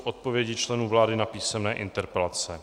Odpovědi členů vlády na písemné interpelace